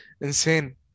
insane